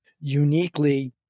uniquely